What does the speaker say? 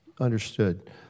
Understood